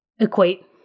equate